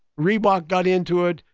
reebok got into it.